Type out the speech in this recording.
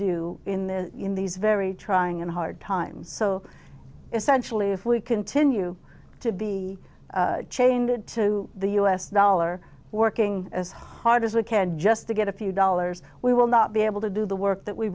do in this in these very trying and hard times so essentially if we continue to be chained to the u s dollar working as hard as we can just to get a few dollars we will not be able to do the work that we